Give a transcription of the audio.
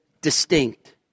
distinct